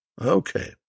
Okay